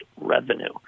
revenue